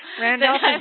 Randolph